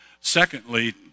Secondly